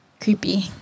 creepy